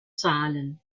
zahlen